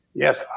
Yes